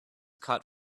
caught